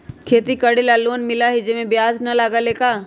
खेती करे ला लोन मिलहई जे में ब्याज न लगेला का?